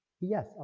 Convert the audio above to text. Yes